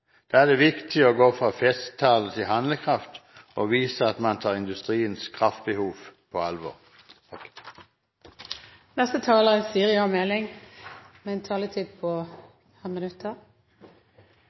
er det viktig å gå fra festtaler til handlekraft og vise at man tar industriens kraftbehov på alvor. Norges industrihistorie og Norges energihistorie er